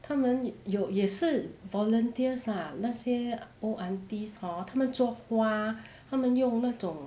他们有也是 volunteers lah 那些 old aunties hor 他们做花他们用那种